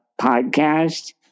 podcast